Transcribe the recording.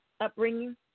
upbringing